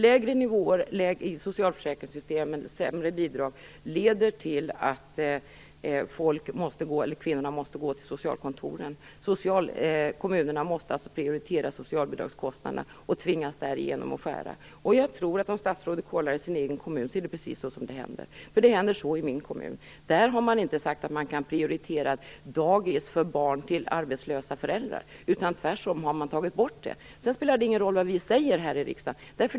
Lägre nivåer i socialförsäkringssystemen och sämre bidrag leder till att kvinnorna måste gå till socialkontoren. Kommunerna måste alltså prioritera socialbidragskostnaderna och tvingas därigenom att skära. Om statsrådet kollar i sin egen kommun, tror jag att hon ser att det är precis det som händer. Det är vad som händer i min kommun. Där har man inte sagt att man kan prioritera dagis för barn till arbetslösa föräldrar, utan tvärtom har man tagit bort det. Sedan spelar det ingen roll vad vi säger här i riksdagen.